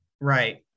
Right